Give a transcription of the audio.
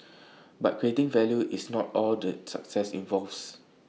but creating value is not all the success involves